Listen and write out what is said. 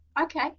okay